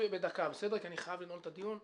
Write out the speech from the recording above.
אני חייב לנעול את הדיון.